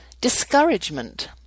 Discouragement